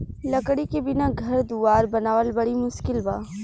लकड़ी के बिना घर दुवार बनावल बड़ी मुस्किल बा